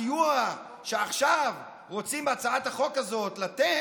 הסיוע שעכשיו רוצים בהצעת החוק הזאת לתת